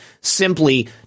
simply